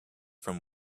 from